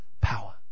power